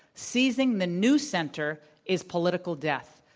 seizing the new center is political death.